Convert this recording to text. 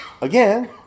again